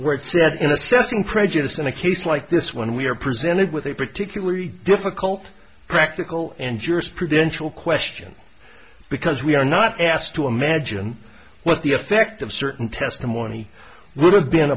where it said in assessing prejudice in a case like this when we are presented with a particularly difficult practical and jurisprudential question because we are not asked to imagine what the effect of certain testimony would have been